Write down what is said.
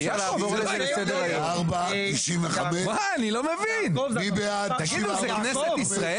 יעקב --- 94 ו-95, מי בעד 94 ו-95?